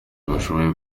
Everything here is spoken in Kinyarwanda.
bashoboye